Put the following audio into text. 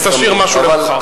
אז תשאיר משהו למחר.